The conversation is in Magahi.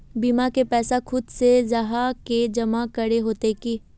बीमा के पैसा खुद से जाहा के जमा करे होते की?